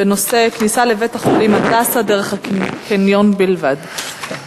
בנושא: כניסה לבית-החולים "הדסה" דרך הקניון בלבד.